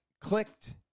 clicked